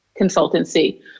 consultancy